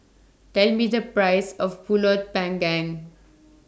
Tell Me The Price of Pulut Panggang